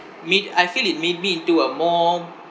made I feel it made me into a more